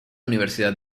universidad